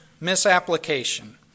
misapplication